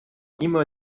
immer